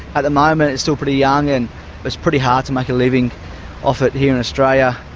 at the moment, it's still pretty young and it's pretty hard to make a living off it here in australia.